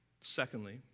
Secondly